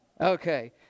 okay